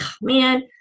man